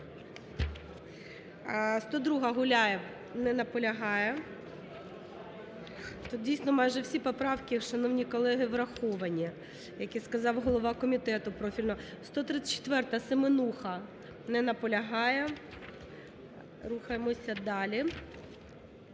102-а, Гуляєв. Не наполягає. Тут дійсно майже всі поправки, шановні колеги, враховані, як і сказав голова комітету профільного. 134-а, Семенуха. Не наполягає. Рухаємося далі.